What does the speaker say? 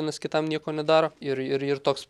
vienas kitam nieko nedaro ir ir ir toks